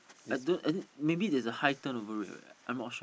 I don't I think maybe there's a high turnover rate right I'm not sure